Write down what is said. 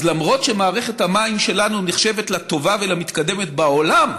אז למרות שמערכת המים שלנו נחשבת לטובה ולמתקדמת בעולם,